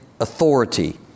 authority